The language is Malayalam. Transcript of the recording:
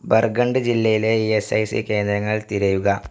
ബർഗണ്ട് ജില്ലയിലെ ഇ എസ് ഐ സി കേന്ദ്രങ്ങൾ തിരയുക